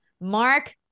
Mark